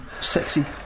sexy